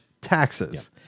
taxes